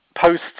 post